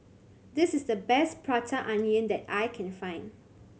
this is the best Prata Onion that I can find